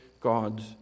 God's